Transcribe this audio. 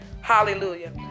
hallelujah